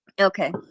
Okay